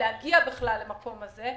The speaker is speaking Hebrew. להגיע למקום הזה בכלל.